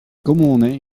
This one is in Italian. comune